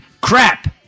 crap